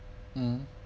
mm